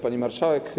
Pani Marszałek!